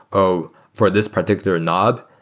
oh! for this particular knob,